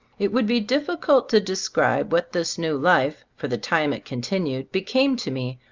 it would be difficult to describe what this new life, for the time it con tinued, became to me,